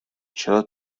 چرا